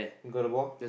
you got the ball